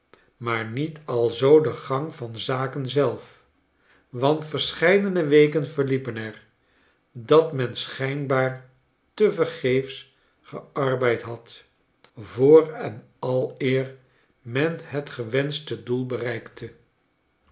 maar niet alzoo de gang van zaken zelf want verscheidene weken verliepen er datmenschijnbaar tevergeefs gearbeid had voor en aleer men het gewensfehte doel bereikte